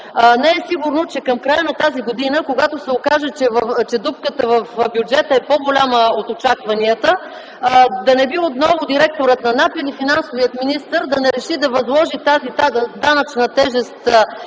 Не е сигурно, че към края на тази година, когато се окаже, че дупката в бюджета е по-голяма от очакванията, да не би отново директорът на НАП или финансовият министър да не решат да възложат тази данъчна тежест